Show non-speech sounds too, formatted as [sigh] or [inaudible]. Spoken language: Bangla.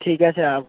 ঠিক আছে [unintelligible]